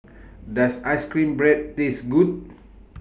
Does Ice Cream Bread Taste Good